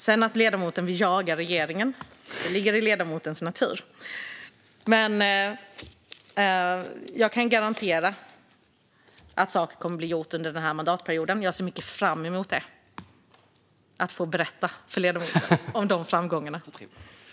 Det ligger i ledamotens natur att vilja jaga regeringen, men jag kan garantera att saker kommer att bli gjorda under den här mandatperioden, och jag ser mycket fram emot att berätta om framgångarna för ledamoten.